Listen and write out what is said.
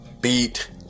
beat